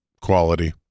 quality